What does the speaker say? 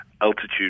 Altitude